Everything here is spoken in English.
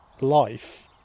life